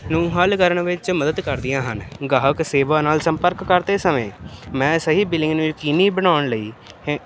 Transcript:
ਨੂੰ ਹੱਲ ਕਰਨ ਵਿੱਚ ਮਦਦ ਕਰਦੀਆਂ ਹਨ ਗਾਹਕ ਸੇਵਾ ਨਾਲ ਸੰਪਰਕ ਕਰਦੇ ਸਮੇਂ ਮੈਂ ਸਹੀ ਬਿਲਿੰਗ ਨੂੰ ਯਕੀਨੀ ਬਣਾਉਣ ਲਈ